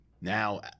Now